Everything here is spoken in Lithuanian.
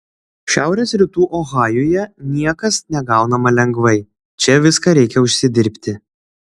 šiaurės rytų ohajuje niekas negaunama lengvai čia viską reikia užsidirbti